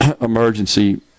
emergency